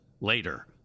later